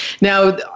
Now